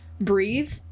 breathe